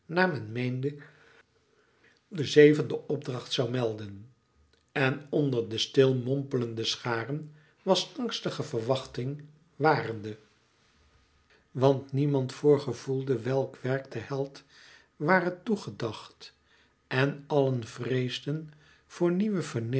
naar men meende den zevenden opdracht zoû melden en onder de stil mompelende scharen was angstige verwachting warende want niemand voorgevoelde welk werk den held ware toe gedacht en allen vreesden voor